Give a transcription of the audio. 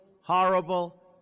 horrible